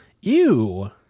Ew